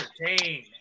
entertain